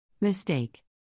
Mistake